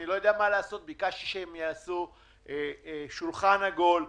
ביקשתי שהם יעשו שולחן עגול,